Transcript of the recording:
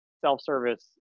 self-service